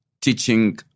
teaching